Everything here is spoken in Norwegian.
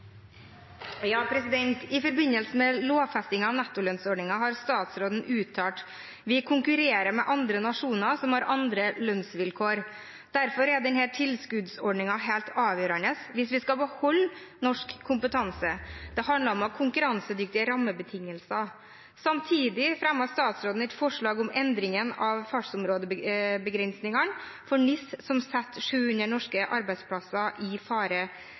forbindelse med lovfestingen av nettolønnsordningen har statsråden uttalt: «Vi konkurrerer med andre nasjoner som har andre lønnsvilkår. Derfor er denne tilskuddsordningen helt avgjørende hvis vi skal beholde norsk kompetanse. Det handler om å ha konkurransedyktige rammebetingelser.» Samtidig fremmer hun et forslag om endringen av fartsområdebegrensningene for NIS som setter 700 norske arbeidsplasser i fare.